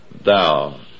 Thou